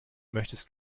möchtest